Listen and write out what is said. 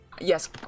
Yes